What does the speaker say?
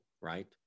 right